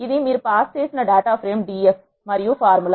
ఇది మీరు పాస్ చేసిన డేటా ప్రేమ్ Df మరియు ఫార్ములా